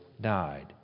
died